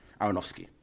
Aronofsky